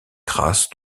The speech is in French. grâces